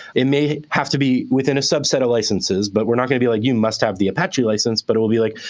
it may have to be within a subset of licenses. but we're not going to be like, you must have the apache license. but it will be like,